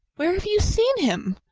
where have you seen him?